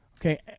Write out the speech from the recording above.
Okay